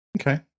okay